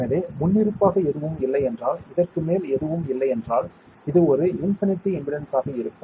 எனவே முன்னிருப்பாக எதுவும் இல்லை என்றால் இதற்கு மேல் எதுவும் இல்லை என்றால் இது ஒரு இன்ஃபினிட்டி இம்பெடன்ஸ் ஆக இருக்கும்